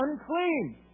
unclean